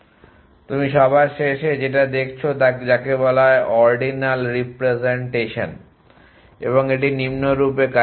সুতরাং তুমি সবার শেষে যেটা দেখছো তাকে বলা হয় অর্ডিনাল রিপ্রেজেন্টেশন এবং এটি নিম্নরূপ কাজ করে